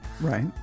Right